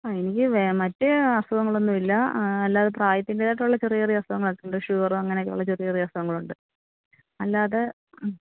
ആ എനിക്ക് വേ മറ്റ് അസുഖങ്ങളൊന്നും ഇല്ല അല്ലാതെ പ്രായത്തിന്റേത് ആയിട്ടുള്ള ചെറിയ ചെറിയ അസുഖങ്ങളൊക്കെ ഉണ്ട് ഷുഗർ അങ്ങനെയൊക്കെ ഉള്ള ചെറിയ ചെറിയ അസുഖങ്ങൾ ഉണ്ട് അല്ലാതെ